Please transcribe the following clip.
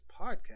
podcast